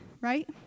right